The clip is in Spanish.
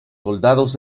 soldados